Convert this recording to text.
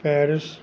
Paris